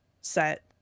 set